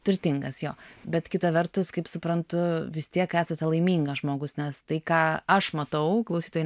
turtingas jo bet kita vertus kaip suprantu vis tiek esate laimingas žmogus nes tai ką aš matau klausytojai